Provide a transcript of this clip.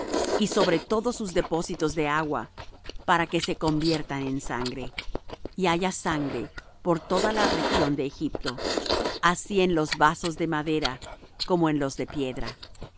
y sobre todos sus depósitos de aguas para que se conviertan en sangre y haya sangre por toda la región de egipto así en los vasos de madera como en los de piedra